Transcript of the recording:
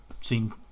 seen